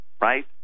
right